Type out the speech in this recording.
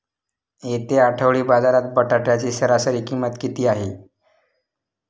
येत्या आठवडी बाजारात बटाट्याची सरासरी किंमत किती आहे?